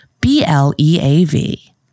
B-L-E-A-V